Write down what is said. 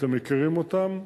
אתם מכירים אותן.